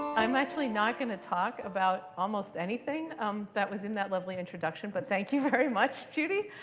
i'm actually not going to talk about almost anything um that was in that lovely introduction. but thank you very much, judy.